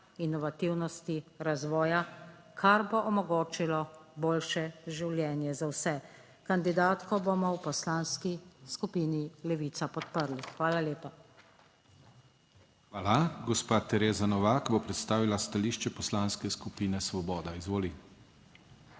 inovativnosti, razvoja, kar bo omogočilo boljše življenje za vse. Kandidatko bomo v Poslanski skupini Levica podprli. Hvala lepa. **PODPREDSEDNIK DANIJEL KRIVEC:** Hvala. Gospa Tereza Novak bo predstavila stališče Poslanske skupine Svoboda. Izvoli.